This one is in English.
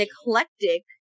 eclectic